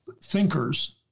thinkers